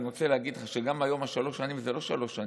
אני רוצה להגיד לך שגם היום השלוש שנים זה לא שלוש שנים,